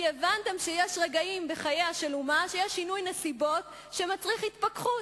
כי הבנתם שיש רגעים בחייה של אומה שבהם יש שינוי נסיבות שמצריך התפכחות,